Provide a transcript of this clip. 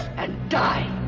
and die!